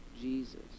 Jesus